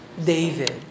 David